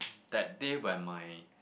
that day when my